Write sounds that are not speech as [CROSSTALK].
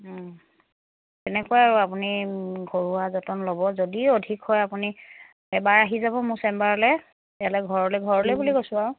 তেনেকুৱা আৰু আপুনি ঘৰুৱা যতন ল'ব যদি অধিক হয় আপুনি এবাৰ আহি যাব মোৰ চেম্বাৰলৈ [UNINTELLIGIBLE] ঘৰলৈ ঘৰলৈ বুলি কৈছোঁ আৰু